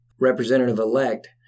representative-elect